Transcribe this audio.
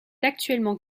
actuellement